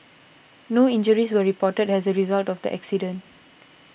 no injuries were reported as a result of the accident